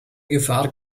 gefahr